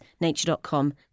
nature.com